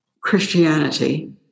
Christianity